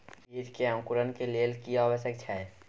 बीज के अंकुरण के लेल की आवश्यक छै?